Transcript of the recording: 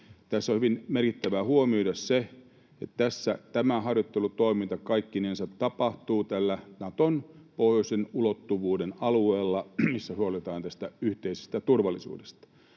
Tässä on hyvin merkittävää huomioida se, että tämä harjoittelutoiminta kaikkinensa tapahtuu tällä Naton pohjoisen ulottuvuuden alueella, missä huolehditaan tästä yhteisestä turvallisuudesta.